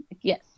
yes